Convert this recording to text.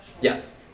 Yes